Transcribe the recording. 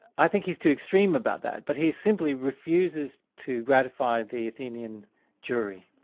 i think he's too extreme about that, but he simply refuses to gratify the athenian jury.